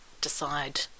decide